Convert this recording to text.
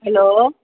hello